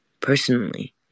personally